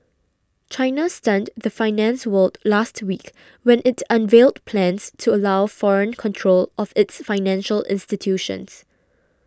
China stunned the finance world last week when it unveiled plans to allow foreign control of its financial institutions